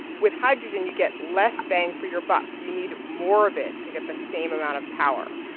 with hydrogen, you get less bang for your buck. you need more of it to get the same amount of power.